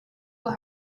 will